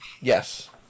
Yes